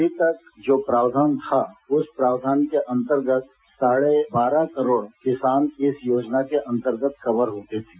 अभी तक जो प्रावधान था उस प्रावधान के अंतर्गत साढ़े बारह करोड़ किसान इस योजना के अंतर्गत कवर होते थे